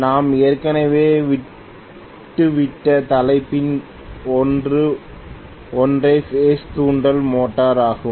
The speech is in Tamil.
நாம் ஏற்கனவே விட்டுவிட்ட தலைப்புகளில் ஒன்று ஒற்றை பேஸ் தூண்டல் மோட்டார் ஆகும்